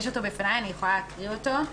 יש אותו בפניי, אני יכולה להקריא אותו.